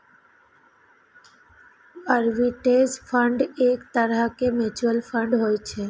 arbitrage fund एक तरहक mutual fund होइ छै